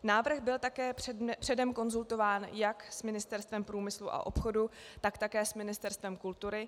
Návrh byl také předem konzultován jak s Ministerstvem průmyslu a obchodu, tak také s Ministerstvem kultury.